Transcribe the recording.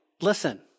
listen